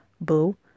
boo